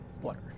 Water